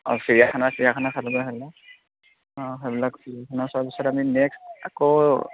অঁ চিৰিয়াখানা চিৰিয়াখানা চাবলৈ আহিলোঁ অঁ সেইবিলাক চিৰিয়াখানা চোৱাৰ পিছত আমি নেক্সট আকৌ